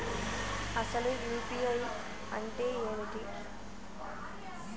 అసలు యూ.పీ.ఐ అంటే ఏమిటి?